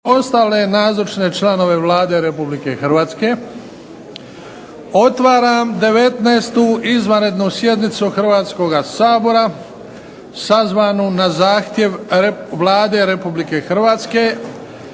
ostale nazočne članove Vlade Republike Hrvatske. Otvaram 19. izvanrednu sjednicu Hrvatskoga sabora, sazvanu na zahtjev Vlade Republike Hrvatske,